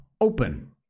open